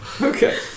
Okay